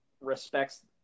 respects